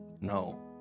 No